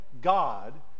God